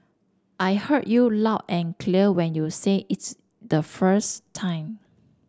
I heard you loud and clear when you said it's the first time